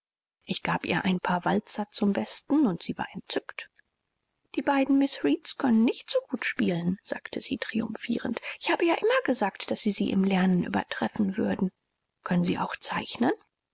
ich gab ihr ein paar walzer zum besten und sie war entzückt die beiden miß reeds können nicht so gut spielen sagte sie triumphierend ich habe ja immer gesagt daß sie sie im lernen übertreffen würden können sie auch zeichnen